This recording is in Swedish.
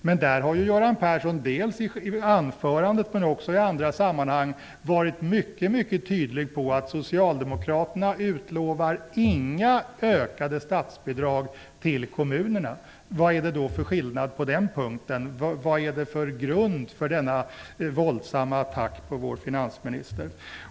Men Göran Persson har dels i anförandet, dels också i andra sammanhang varit mycket mycket tydlig när det har gällt att Socialdemokraterna inte utlovar några ökade statsbidrag till kommunerna. Vad är det då för skillnad på den punkten? Vad är det för grund för denna våldsamma attack på vår finansminister?